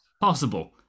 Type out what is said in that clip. possible